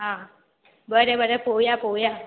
आं बरें बरें पळोवया पळोवया